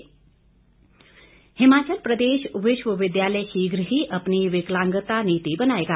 विश्वविद्यालय हिमाचल प्रदेश विश्वविद्यालय शीघ्र ही अपनी विकलांगता नीति बनाएगा